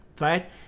right